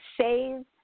save